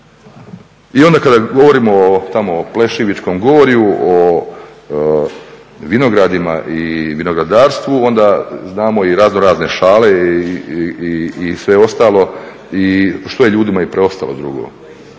I onda kada govorimo tamo o Plešivičkom gorju, o vinogradima i vinogradarstvu onda znamo i raznorazne šale i sve ostalo. I što je ljudima i preostalo drugo?